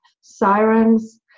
sirens